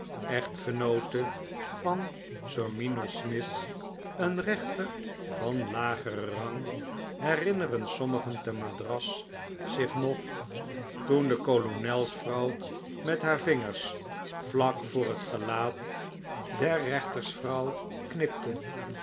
echtgenoote van sir minos smith een rechter van lageren rang herinneren sommigen te madras zich nog toen de kolonelsvrouw met haar vingers vlak voor het gelaat der rechtersvrouw knipte